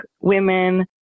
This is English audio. women